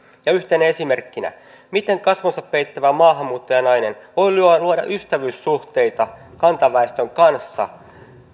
yhtenä esimerkkinä miten kasvonsa peittävä maahanmuuttajanainen voi luoda ystävyyssuhteita kantaväestön kanssa